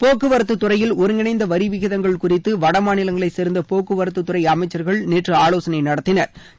போக்குவரத்து துறையில் ஒருங்கிணைந்த வரி விகிதங்கள் குறித்து வடமாநிலங்களை சேர்ந்த போக்குவரத்து துறை அமைச்சர்கள் நேற்று ஆலோசனை நடத்தினா்